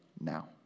now